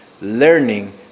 learning